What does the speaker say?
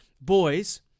boys